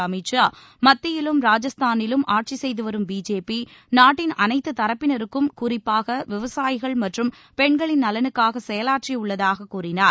அமித் ஷா மத்தியிலும் ராஜஸ்தானிலும் ஆட்சி செய்துவரும் பிஜேபி நாட்டின் அனைத்து தரப்பினருக்கும் குறிப்பாக விவசாயிகள் மற்றும் பெண்களின் நலனுக்காக செயலாற்றியுள்ளதாக கூறினார்